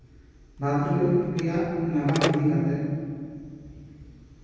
ᱱᱚᱣᱟ ᱠᱚᱨᱮᱱᱟᱜ ᱱᱟᱜᱟᱢ ᱤᱫᱤ ᱠᱟᱛᱮᱫ